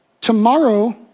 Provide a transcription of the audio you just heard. Tomorrow